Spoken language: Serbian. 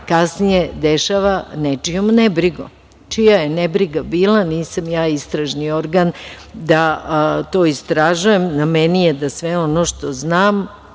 kasnije dešava nečijom nebrigom. Čija je nebriga bila, nisam ja istražni organ da to istražujem na meni je da sve ono što znam